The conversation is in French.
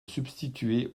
substituer